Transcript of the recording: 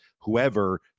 whoever